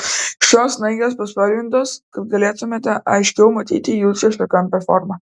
šios snaigės paspalvintos kad galėtumėte aiškiau matyti jų šešiakampę formą